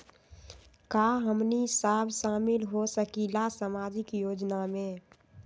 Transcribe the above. का हमनी साब शामिल होसकीला सामाजिक योजना मे?